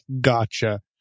Gotcha